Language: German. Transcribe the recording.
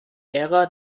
ära